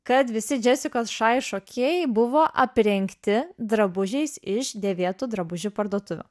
kad visi džesikos šai šokėjai buvo aprengti drabužiais iš dėvėtų drabužių parduotuvių